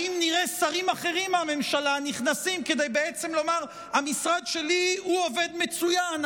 האם נראה שרים אחרים מהממשלה נכנסים כדי לומר: המשרד שלי עובד מצוין,